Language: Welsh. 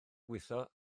gweithio